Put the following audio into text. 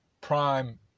prime